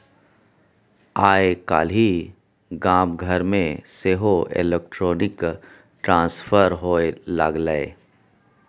आय काल्हि गाम घरमे सेहो इलेक्ट्रॉनिक ट्रांसफर होए लागलै